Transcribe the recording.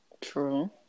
True